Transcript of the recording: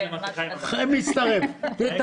אני